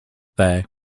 there